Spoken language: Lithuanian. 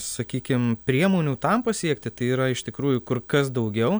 sakykim priemonių tam pasiekti tai yra iš tikrųjų kur kas daugiau